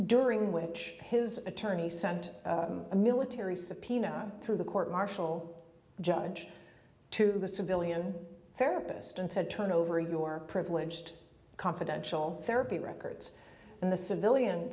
during which his attorney sent a military subpoena through the court martial judge to the civilian therapist and said turn over your privileged confidential therapy records and the civilian